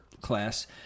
class